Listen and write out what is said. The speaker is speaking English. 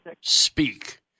speak